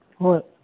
ꯍꯣꯏ